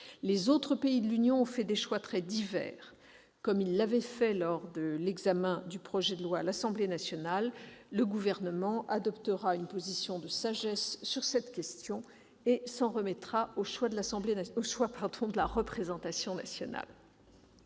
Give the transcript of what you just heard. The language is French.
Les autres pays de l'Union ont fait des choix très divers. Comme il l'avait fait lors de l'examen du projet de loi à l'Assemblée nationale, le Gouvernement adoptera une position de sagesse sur cette question et s'en remettra à la décision de la représentation nationale.